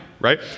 right